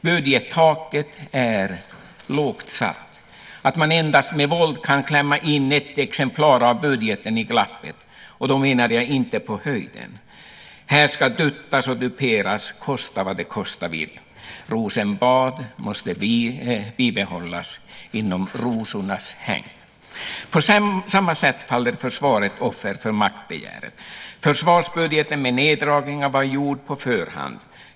Budgettaket är så lågt satt att man endast med våld kan klämma in ett exemplar av budgeten i glappet, och då menar jag inte på höjden. Här ska duttas och duperas, kosta vad det kosta vill! Rosenbad måste bibehållas inom rosornas hägn. På samma sätt faller försvaret offer för maktbegäret. Försvarsbudgeten, med neddragningar, var gjord på förhand.